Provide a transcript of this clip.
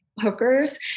hookers